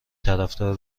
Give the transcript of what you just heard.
طرفدار